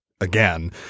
again